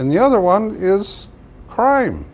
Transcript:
and the other one is crime